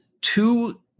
two